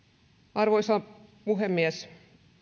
arvoisa puhemies